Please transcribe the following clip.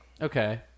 Okay